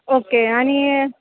okay आणि